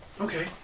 Okay